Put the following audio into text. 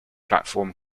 platform